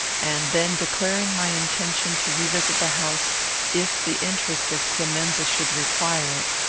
and then, declaring my intention to revisit the house if the interest of clemenza should require it,